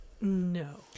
no